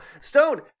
Stone